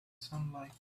sunlight